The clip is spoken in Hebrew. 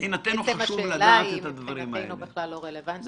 לא רלוונטית